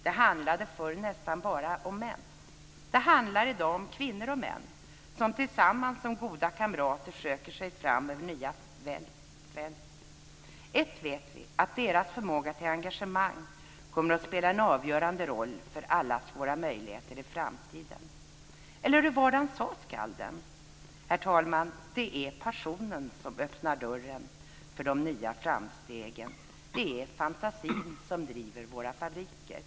Det handlade förr nästan bara om män. Det handlar i dag om kvinnor och män som tillsammans som goda kamrater söker sig fram över nya fält. Ett vet vi, och det är att deras förmåga till engagemang kommer att spela en avgörande roll för allas våra möjligheter i framtiden. Herr talman! Hur var det skalden sade? Det är passionen som öppnar dörren för de nya framstegen. Det är fantasin som driver våra fabriker.